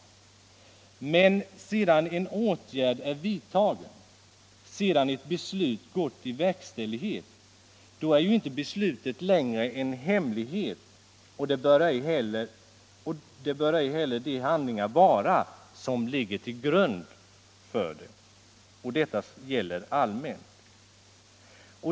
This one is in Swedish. Men sedan en åtgärd är vidtagen, sedan ett beslut gått i verkställighet är inte beslutet längre en hemlighet och det bör ej heller de handlingar vara som ligger till grund för det. Detta gäller allmänt.